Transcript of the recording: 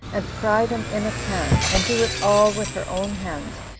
and fry them in a pan, and do it all with her own hands,